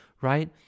right